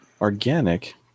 Organic